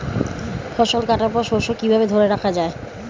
ফসল কাটার পর শস্য কিভাবে ধরে রাখা য়ায়?